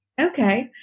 Okay